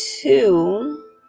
two